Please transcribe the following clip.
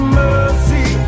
mercy